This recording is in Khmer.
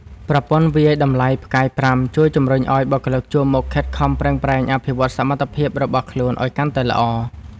ប្រព័ន្ធវាយតម្លៃផ្កាយប្រាំ ជួយជម្រុញឱ្យបុគ្គលិកជួរមុខខិតខំប្រឹងប្រែងអភិវឌ្ឍសមត្ថភាពរបស់ខ្លួនឱ្យកាន់តែល្អ។